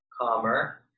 calmer